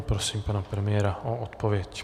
Prosím pana premiéra o odpověď.